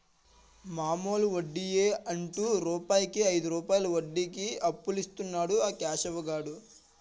మామూలు వడ్డియే అంటు రూపాయికు ఐదు రూపాయలు వడ్డీకి అప్పులిస్తన్నాడు ఆ కేశవ్ గాడు